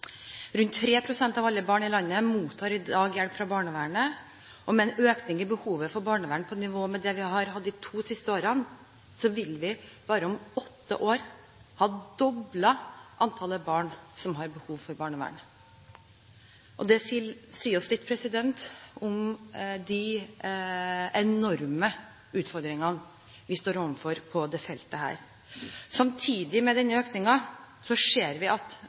Rundt 3 pst. av alle barn i landet mottar i dag hjelp fra barnevernet. Med en økning i behovet for barnevernet på nivå med det vi har hatt de to siste årene, vil vi om bare åtte år ha doblet antallet barn som har behov for barnevernet. Det sier oss litt om de enorme utfordringene vi står overfor på dette feltet. Samtidig med denne økningen ser vi at